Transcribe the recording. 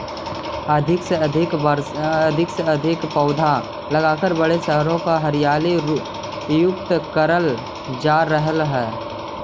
अधिक से अधिक पौधे लगाकर बड़े शहरों को हरियाली युक्त करल जा रहलइ हे